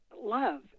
love